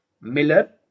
Miller